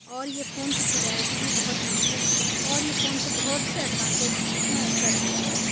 اور یہ فون کی کلیاریٹی بھی بہت نیٹ ہے اور یہ فون سے بہت سے ایڈوانٹیج میسر ہوئے مجھے